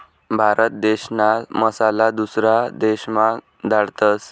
भारत देशना मसाला दुसरा देशमा धाडतस